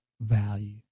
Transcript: value